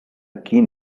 keen